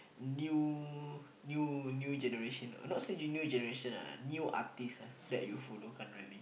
new new new generation not say new generation ah new artiste ah that you follow currently